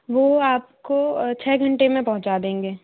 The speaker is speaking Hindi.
वो आपको छ घंटे में पहुँचा देंगे